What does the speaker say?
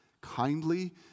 kindly